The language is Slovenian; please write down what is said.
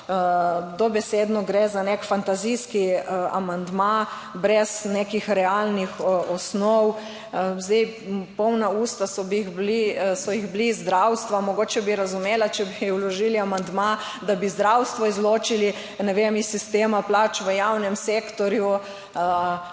Dobesedno gre za nek fantazijski amandma, brez nekih realnih osnov. Zdaj polna usta so jih bili iz zdravstva, mogoče bi razumela, če bi vložili amandma, da bi zdravstvo izločili, ne vem, iz sistema plač v javnem sektorju,